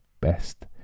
best